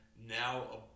now